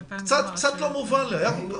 זה לא מובן לי.